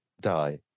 die